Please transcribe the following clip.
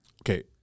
Okay